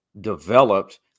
developed